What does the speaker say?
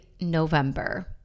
November